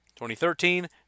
2013